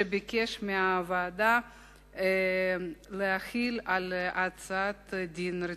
שהוא שביקש מהוועדה להחיל על ההצעה דין רציפות.